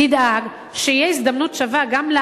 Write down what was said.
תדאג שתהיה הזדמנות שווה גם,